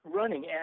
running